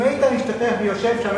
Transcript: אם היית משתתף ויושב שם,